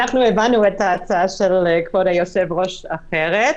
הבנו את ההצעה של כבוד היושב-ראש אחרת,